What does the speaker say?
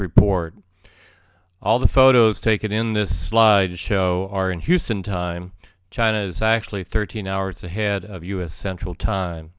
report all the photos taken in this slide show are in houston time china is actually thirteen hours ahead of us central time